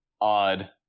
odd